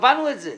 קבענו את זה.